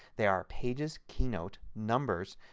they are pages, keynote, numbers,